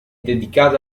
dedicato